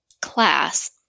class